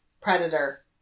predator